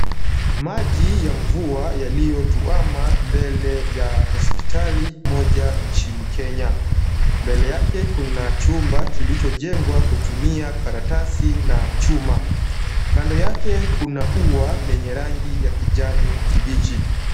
Maji ya mvua yaliyotuama mbele ya hospitali mmoja nchini Kenya. Mbele yake kuna chumba kilichojengwa kutumia karatasi na chuma. Kando yake kuna ua lenye rangi ya kijani kibichi.